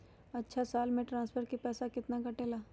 अछा साल मे ट्रांसफर के पैसा केतना कटेला?